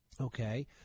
okay